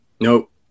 Nope